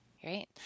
Great